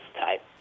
type